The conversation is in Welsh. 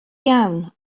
iawn